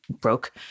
broke